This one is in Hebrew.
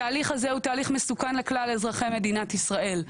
התהליך הזה הוא תהליך מסוכן לכלל אזרחי מדינת ישראל.